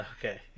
okay